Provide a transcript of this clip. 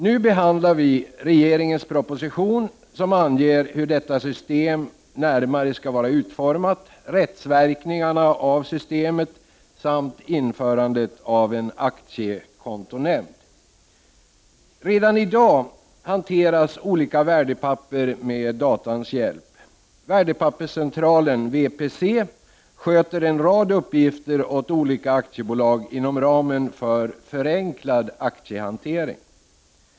Nu behandlar vi regeringens proposition som anger hur detta system närmare skall vara utformat, rättsverkningarna av systemet samt införandet av en aktiekontonämnd. Redan i dag hanteras olika värdepapper med datans hjälp. Värdepapperscentralen, VPC, sköter en rad uppgifter åt olika aktiebolag inom ramen för förenklad aktiehantering.